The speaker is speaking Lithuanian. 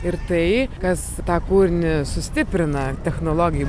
ir tai kas tą kūrinį sustiprina technologijų